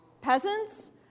peasants